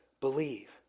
believe